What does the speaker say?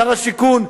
שר השיכון,